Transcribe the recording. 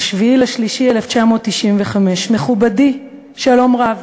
7 במרס 1995. מכובדי, שלום רב.